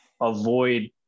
avoid